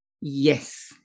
yes